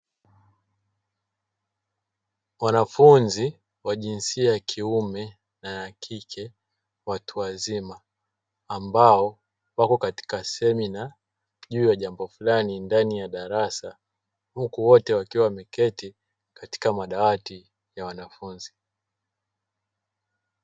Wanafunzi wa jinsia ya kiume na ya kike watu wazima ambao wako katika semina juu ya jambo fulani ndani ya darasa huku wote wakiwa wameketi katika madawati ya wanafunzi.